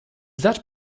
that